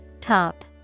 Top